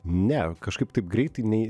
ne kažkaip taip greitai nei